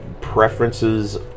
preferences